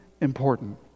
important